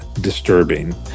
disturbing